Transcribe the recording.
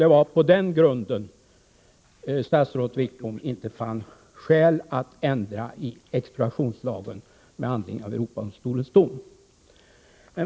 Det var på den grunden statsrådet Wickbom inte fann skäl att ändra expropriationslagen med anledning av Europadomstolens dom.